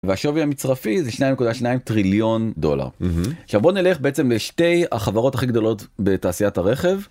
והשווי המצרפי זה 2.2 טריליון דולר. עכשיו בואו נלך בעצם לשתי החברות הכי גדולות בתעשיית הרכב.